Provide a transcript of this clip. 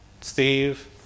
Steve